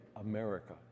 America